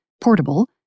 portable